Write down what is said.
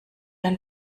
ein